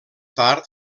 tard